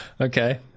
Okay